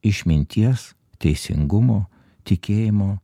išminties teisingumo tikėjimo